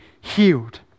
healed